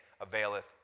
availeth